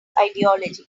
ideology